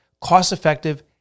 cost-effective